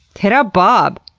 hit up bob!